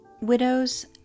Widows